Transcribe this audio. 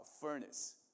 furnace